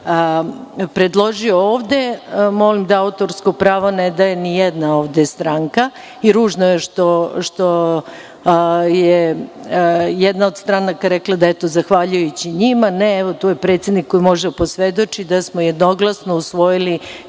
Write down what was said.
predložio ovde, molim da autorsko pravo ne daje ni jedna ovde stranka, i ružno je što je jedna od stranaka rekla da, eto zahvaljujući njima, ne, evo, tu je predsednik koji može da posvedoči da smo jednoglasno usvojili